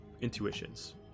intuitions